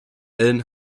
allen